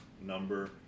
number